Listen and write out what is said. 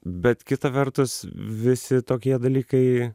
bet kitą vertus visi tokie dalykai